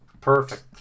perfect